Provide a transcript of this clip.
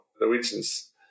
Norwegians